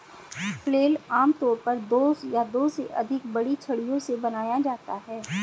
flail आमतौर पर दो या दो से अधिक बड़ी छड़ियों से बनाया जाता है